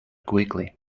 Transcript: quickly